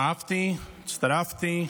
אהבתי, הצטרפתי,